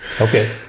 Okay